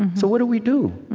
so what do we do?